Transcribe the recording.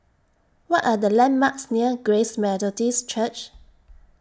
What Are The landmarks near Grace Methodist Church